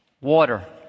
water